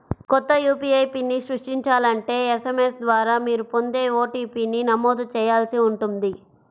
కొత్త యూ.పీ.ఐ పిన్ని సృష్టించాలంటే ఎస్.ఎం.ఎస్ ద్వారా మీరు పొందే ఓ.టీ.పీ ని నమోదు చేయాల్సి ఉంటుంది